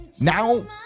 Now